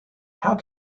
how